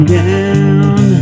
down